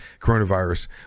coronavirus